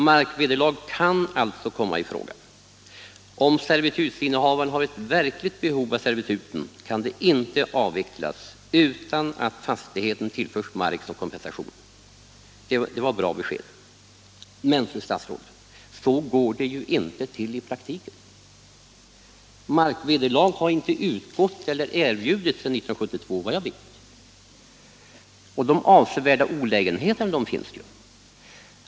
Markvederlag kan alltså komma i fråga. Om servitutsinnehavaren har ett verkligt behov av servituten, kan de inte avvecklas utan att fastigheten tillförs mark som kompensation, står det i svaret. Och det är ett bra besked. Men, fru statsrådet, så går det ju inte till i praktiken. Markvederlag har, såvitt jag vet, inte utgått eller erbjudits sedan 1972. De avsevärda olägenheterna finns ju.